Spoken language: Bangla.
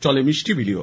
চলে মিষ্টি বিলিও